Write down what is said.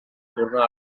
tornar